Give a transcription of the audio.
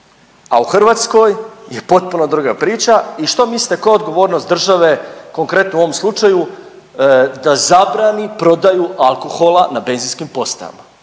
a u Hrvatskoj je potpuno druga priča i što mislite koja je odgovornost države, konkretno u ovom slučaju, da zabrani prodaju alkohola na benzinskim postajama,